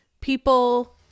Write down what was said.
people